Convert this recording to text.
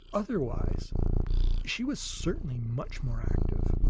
otherwise she was certainly much more active,